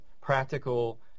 practical